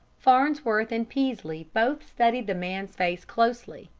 farnsworth and peaslee both studied the man's face closely,